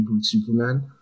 Superman